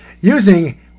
using